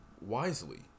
wisely